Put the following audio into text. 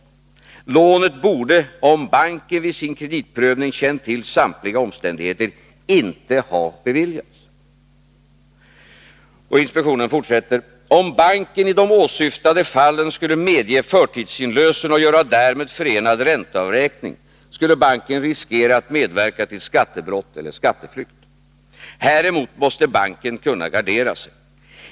Lånet borde, om banken vid sin kreditprövning känt till samtliga omständigheter, inte ha beviljats.” Inspektionen fortsätter: ”Om banken i de åsyftade fallen skulle medge förtidsinlösen och göra därmed förenad ränteavräkning, skulle banken riskera att medverka till skattebrott eller skatteflykt. Häremot måste banken kunna gardera sig.